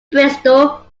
bristol